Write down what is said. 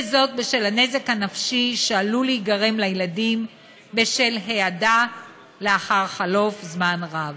וזאת בשל הנזק הנפשי שעלול להיגרם לילדים בשל העדה לאחר חלוף זמן רב.